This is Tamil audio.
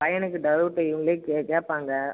பையனுக்கு டவுட்டு இவங்களே கே கேட்பாங்க